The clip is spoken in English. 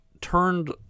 turned